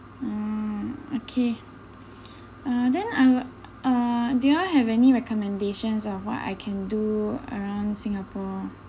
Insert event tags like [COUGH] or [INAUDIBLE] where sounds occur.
oh okay [BREATH] uh then I will uh do you all have any recommendations on what I can do around Singapore